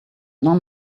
none